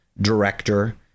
director